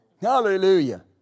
Hallelujah